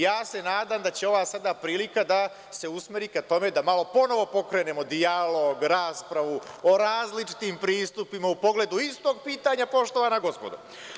Ja se nadam da će ova sada prilika da se usmeri ka tome da malo ponovo pokrenemo dijalog, raspravu, o različitim pristupima u pogledu istog pitanja, poštovana gospodo.